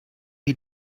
wie